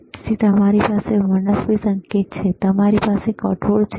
તેથી તમારી પાસે મનસ્વી સંકેત છે તમારી પાસે કઠોળ છે